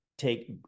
Take